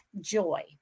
joy